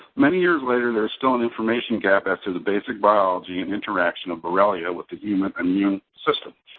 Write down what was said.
many years later, there's still an information gap as to the basic biology and interaction of borrelia with the human immune systems.